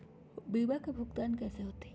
बीमा के भुगतान कैसे होतइ?